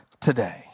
today